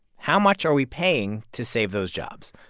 how much are we paying to save those jobs?